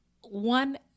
one